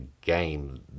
game